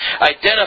identify